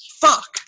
fuck